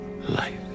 life